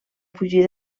fugir